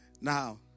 Now